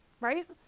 right